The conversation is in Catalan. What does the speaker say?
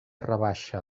rebaixa